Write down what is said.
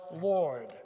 lord